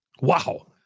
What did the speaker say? Wow